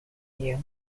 you